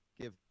give